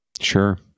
Sure